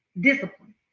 discipline